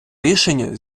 рішення